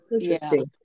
Interesting